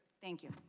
thank you.